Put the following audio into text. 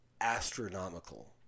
astronomical